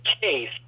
case